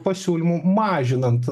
pasiūlymų mažinant